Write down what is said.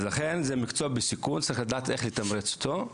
אז לכן זה מקצוע בסיכון וצריך לדעת איך לתמרץ אותו.